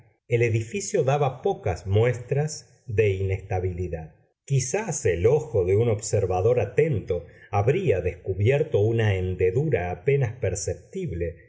el edificio daba pocas muestras de inestabilidad quizás el ojo de un observador atento habría descubierto una hendedura apenas perceptible